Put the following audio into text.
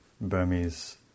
Burmese